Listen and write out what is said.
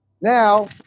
Now